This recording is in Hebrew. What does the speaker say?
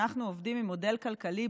אנחנו עובדים עם מודל כלכלי,